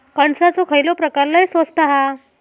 कणसाचो खयलो प्रकार लय स्वस्त हा?